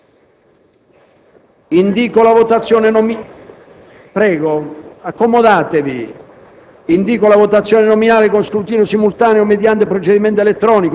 Dichiaro chiusa la votazione.